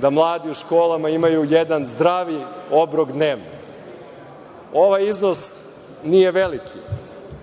da mladi u školama imaju jedan zdravi obrok dnevno. Ovaj iznos nije veliki